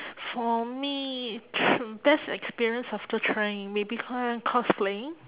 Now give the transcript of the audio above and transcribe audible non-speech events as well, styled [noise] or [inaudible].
for me [noise] best experience after trying maybe uh cosplaying